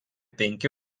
penki